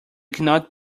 cannot